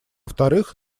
вторых